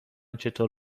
چطور